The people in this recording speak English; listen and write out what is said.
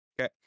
Okay